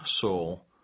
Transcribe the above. soul